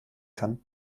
kann